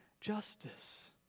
justice